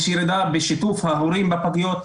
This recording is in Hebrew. יש ירידה בשיתוף ההורים בפגיות,